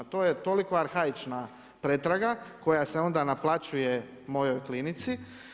To je toliko arhaična pretraga koja se onda naplaćuje mojoj klinici.